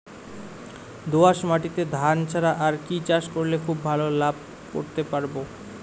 দোয়াস মাটিতে ধান ছাড়া আর কি চাষ করলে খুব ভাল লাভ করতে পারব?